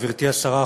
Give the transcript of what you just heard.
גברתי השרה,